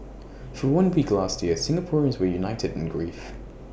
for one week last year Singaporeans were united in grief